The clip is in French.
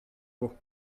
pot